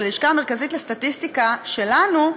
של הלשכה המרכזית לסטטיסטיקה שלנו,